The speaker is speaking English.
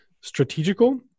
strategical